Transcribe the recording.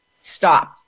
Stop